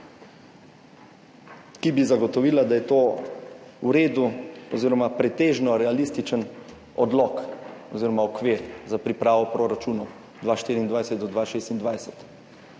ki bi zagotovila, da je to v redu oziroma pretežno realističen odlok oziroma okvir za pripravo proračunov 2024 do 2026?